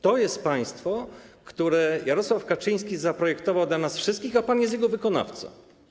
To jest państwo, które Jarosław Kaczyński zaprojektował dla nas wszystkich, a pan jest jego wykonawcą.